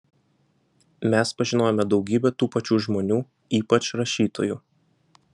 mes pažinojome daugybę tų pačių žmonių ypač rašytojų